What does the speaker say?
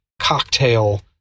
cocktail